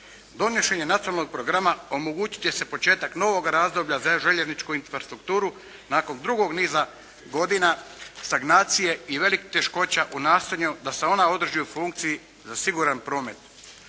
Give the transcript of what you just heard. Donošenje nacionalnog programa omogućit će početak novoga razdoblja za željezničku infrastrukturu nakon dugoga niza godina stagnacije i velikih teškoća u nastojanju da se ona održi u funkciji za siguran promet.